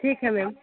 ठीक है मैम